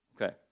Okay